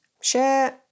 share